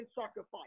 sacrifice